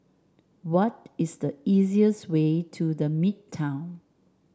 what is the easiest way to The Midtown